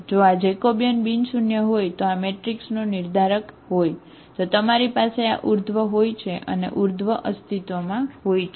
જો આ જેકોબિયન બિન શૂન્ય અસ્તિત્વમાં હોય છે